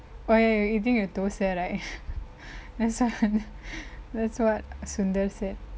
oh ya ya eating your thosai right that's quite funny that's what sundar said